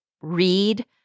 read